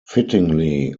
fittingly